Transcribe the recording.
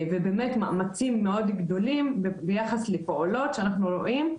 ובאמת מאמצים מאד גדולים ביחס לפעולות שאנחנו רואים.